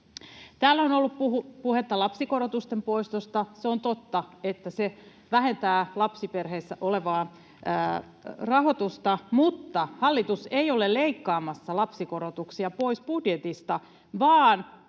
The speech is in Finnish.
Täällä on ollut puhetta lapsikorotusten poistosta. Se on totta, että se vähentää lapsiperheissä olevaa rahoitusta, mutta hallitus ei ole leikkaamassa lapsikorotuksia pois budjetista,